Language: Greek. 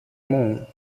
μου